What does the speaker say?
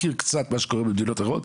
אני מכיר קצת מה שקורה במדינות אחרות,